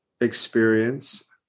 experience